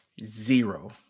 Zero